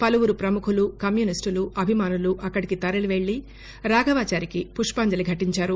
పలువురు పముఖులు కమ్యూనిస్టులు అభిమానులు అక్కడికి తరలివెళ్లి రాఘవాచారికి పుష్పాంజలి ఘటించారు